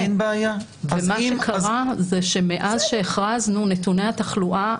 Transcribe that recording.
ומה שקרה זה שמאז שהכרזנו נתוני התחלואה